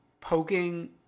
poking